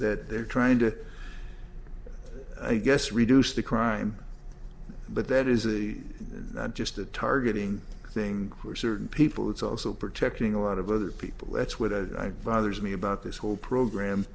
that they're trying to i guess reduce the crime but that is a just a targeting thing for certain people it's also protecting a lot of other people that's where the brothers me about this whole